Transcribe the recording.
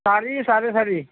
চাৰি চাৰে চাৰি